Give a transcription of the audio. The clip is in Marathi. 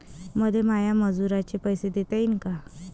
मले माया मजुराचे पैसे देता येईन का?